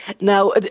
Now